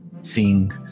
seeing